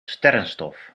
sterrenstof